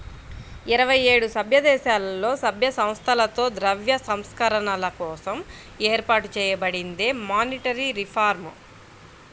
ఇరవై ఏడు సభ్యదేశాలలో, సభ్య సంస్థలతో ద్రవ్య సంస్కరణల కోసం ఏర్పాటు చేయబడిందే మానిటరీ రిఫార్మ్